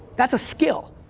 that's a skill.